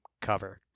cover